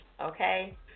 okay